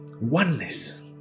oneness